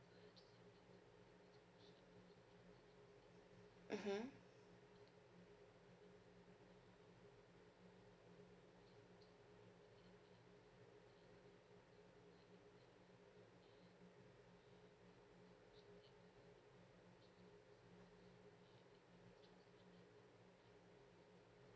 mmhmm